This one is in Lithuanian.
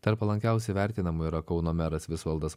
tarp palankiausiai vertinamų yra kauno meras visvaldas